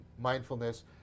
mindfulness